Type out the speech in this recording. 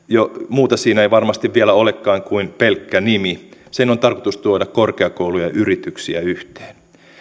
muuta siinä ei varmasti vielä olekaan kuin pelkkä nimi sen on tarkoitus tuoda korkeakouluja ja yrityksiä yhteen